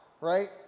right